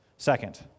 Second